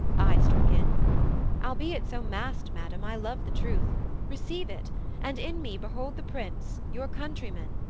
i struck in albeit so masked, madam, i love the truth receive it and in me behold the prince your countryman,